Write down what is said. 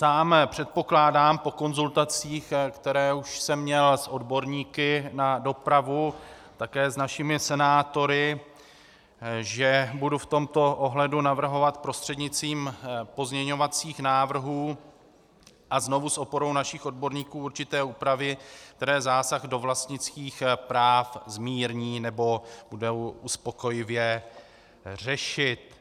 Sám předpokládám, po konzultacích, které už jsem měl s odborníky na dopravu, také s našimi senátory, že budu v tomto ohledu navrhovat prostřednictvím pozměňovacích návrhů a znovu s oporou našich odborníků určité úpravy, které zásah do vlastnických práv zmírní nebo budou uspokojivě řešit.